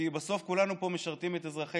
כי בסוף כולנו פה משרתים את אזרחי